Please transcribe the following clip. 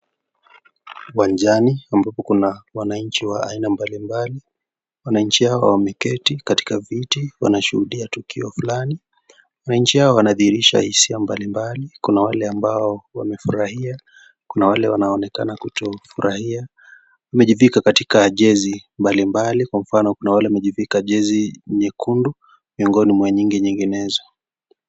Uwanjani ambapo kuna wananchi wa aina mbalimbali wananchi hawa wameketi katika viti wanashuhudia tukio fulani. Wananchi hawa wanadhihirisha hisia mbalimbali kuna wale ambao wamefurahia kuna wale wanonekana kutofurahia . Wamejivika katika jezi mbalimbali kwa mfano kuna wale wamejivika jezi nyekundu miongoni mwa nyingi nyinginezo.